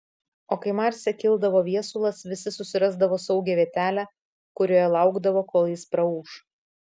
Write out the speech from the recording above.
o kai marse kildavo viesulas visi susirasdavo saugią vietelę kurioje laukdavo kol jis praūš